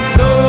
no